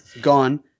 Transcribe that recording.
gone